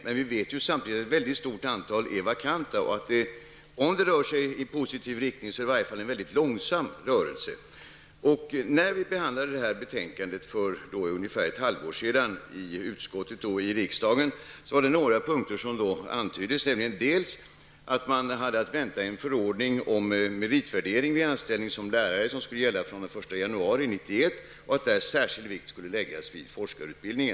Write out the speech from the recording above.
Samtidigt vet vi att ett mycket stort antal tjänster är vakanta, och om utvecklingen går i positiv riktning, rör den sig i alla fall väldigt långsamt. När detta betänkande behandlades i utskottet och i riksdagen för ungefär ett halvår sedan var det några punkter som antyddes, nämligen att man hade att vänta en förordning om meritvärdering vid anställning av lärare, som skulle gälla från den 1 januari 1991. Särskild vikt skulle då läggas vid forskarutbildning.